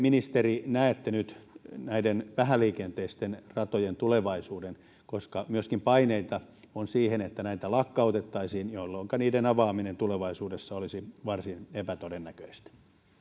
ministeri näette nyt näiden vähäliikenteisten ratojen tulevaisuuden on paineita myöskin siihen että näitä lakkautettaisiin jolloinka niiden avaaminen tulevaisuudessa olisi varsin epätodennäköistä